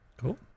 Cool